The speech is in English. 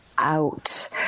out